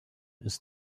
ist